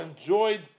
enjoyed